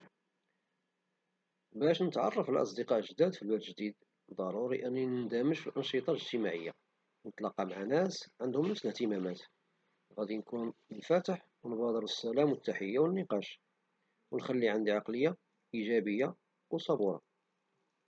باش نتعرف على أصدقاء جداد في بلاد جديدة فضروري أنني ندمج في الأنشطة الاجتماعية ، نتلقا مع ناس عندهم نفس الاهتمامات وغادي نكون منفتح ونبادر بالسلام والتحية والنقاش ونخلي عندي عقلية إيجابية وصبورة